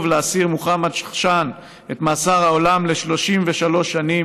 לאסיר מוחמד חשאן את מאסר העולם ל-33 שנים,